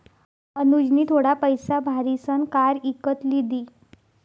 अनुजनी थोडा पैसा भारीसन कार इकत लिदी